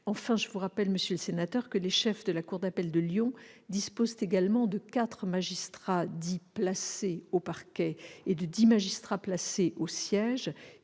Enfin, monsieur le sénateur, je vous rappelle que les chefs de la cour d'appel de Lyon disposent également de quatre magistrats placés au parquet et de dix magistrats placés au siège,